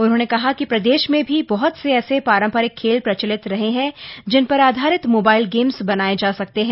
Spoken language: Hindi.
उन्होंने कहा कि प्रदेश में भी बहुत से ऐसे पारम्परिक खेल प्रचलित रहे हैं जिन पर आधारित मोबाईल गेम्स बनाये जा सकते हैं